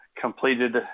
completed